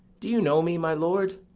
do you know me, my lord?